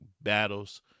battles